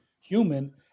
human